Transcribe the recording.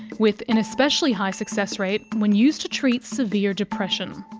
with an especially high success rate when used to treat severe depression.